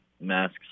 masks